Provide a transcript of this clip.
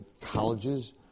colleges